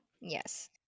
Yes